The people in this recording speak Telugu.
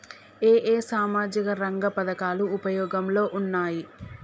ఏ ఏ సామాజిక రంగ పథకాలు ఉపయోగంలో ఉన్నాయి?